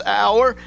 hour